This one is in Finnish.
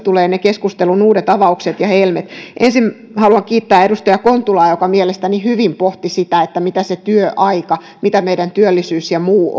tulevat ne keskustelun uudet avaukset ja helmet ensin haluan kiittää edustaja kontulaa joka mielestäni hyvin pohti sitä mitä se työaika mitä meidän työllisyys ja muu